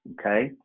Okay